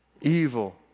evil